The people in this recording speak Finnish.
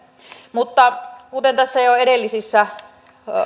mutta kuten tässä jo edellisissä